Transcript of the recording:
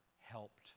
helped